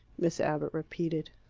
miss abbott repeated.